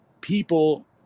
people